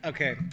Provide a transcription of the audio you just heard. Okay